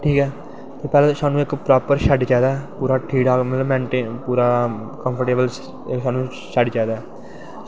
ठीक ऐ ते तुहानू प्रापर इक शैड चाही दा ऐ ठीक ऐ ठीक ठाक मकलव कंफ्टेवल ओह्दै तै स्हानू शैड चाही दी ऐ